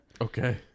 okay